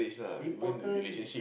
the important